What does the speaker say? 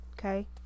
okay